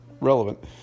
relevant